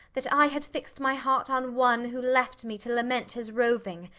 that i had fixed my heart on one, who left me to lament his roving,